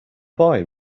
boy